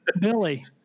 Billy